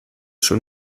schon